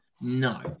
No